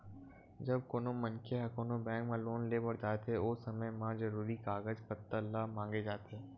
जब कोनो मनखे ह कोनो बेंक म लोन लेय बर जाथे ओ समे म जरुरी कागज पत्तर ल मांगे जाथे